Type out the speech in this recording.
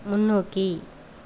முன்னோக்கி